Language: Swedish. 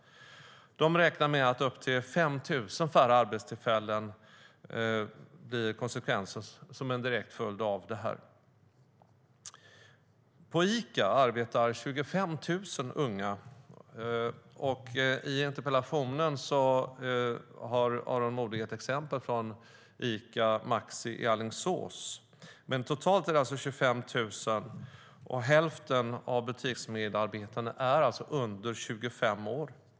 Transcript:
De räknar med upp till 5 000 färre arbetstillfällen som en direkt konsekvens av höjningen. På Ica arbetar 25 000 unga. I interpellationen har Aron Modig ett exempel från Ica Maxi i Alingsås. Men totalt är det alltså 25 000, och hälften av butiksmedarbetarna är under 25 år.